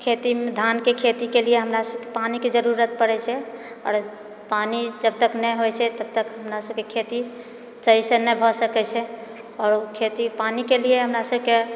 खेतीमे धान कऽ खेती केलियै हमरा सभकेँ पानिके जरूरत पड़ै छै आओर पानि जब तक नहि होइ छै तबतक हमरा सभकेँ खेती सहीसँ नहि भए सकै छै आओर खेती पानिके लिए हमरा सभकेँ